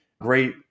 great